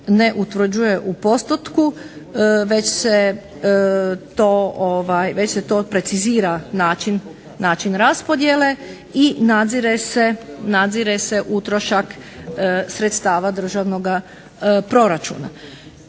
ne utvrđuje u postotku, već se to precizira način raspodjele i nadzire se utrošak sredstava državnoga proračuna.